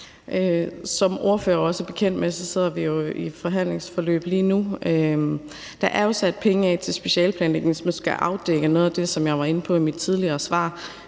Som ordføreren også er bekendt med, sidder vi i et forhandlingsforløb lige endnu. Der er sat penge af til en specialeplanlægning, som skal afdække noget af det, og det var jeg inde på i mit tidligere svar.